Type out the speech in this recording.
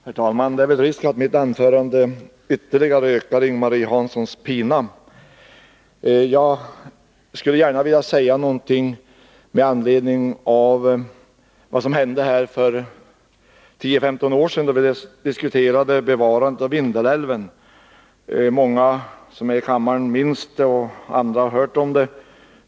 Herr talman! Det är väl risk för att mitt anförande ytterligare ökar Ing-Marie Hanssons pina. Jag skulle gärna vilja säga några ord med anledning av vad som hände här för 10-15 år sedan, då vi diskuterade bevarandet av Vindelälven. Många här i kammaren minns det, och andra har hört talas om det.